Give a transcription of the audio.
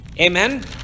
Amen